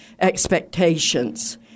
expectations